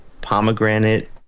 pomegranate